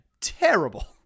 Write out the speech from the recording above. Terrible